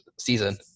season